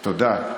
תודה.